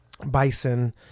bison